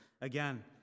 again